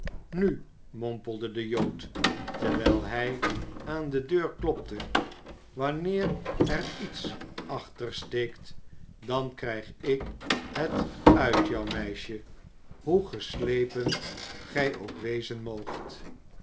nu mompelde de jood terwijl hij aan de deur klopte wanneer er iets achter steekt dan krijg ik het uit jou meisje hoe geslepen gij ook wezen moogt